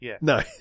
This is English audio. No